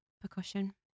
percussion